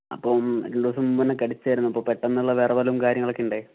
അപ്പം രണ്ടു ദിവസം മുമ്പ് എന്നെ കടിച്ചിരുന്നു അപ്പോൾ പെട്ടെന്നുള്ള വിറയലും കാര്യങ്ങളൊക്കെ ഉണ്ടായി